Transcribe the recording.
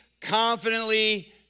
confidently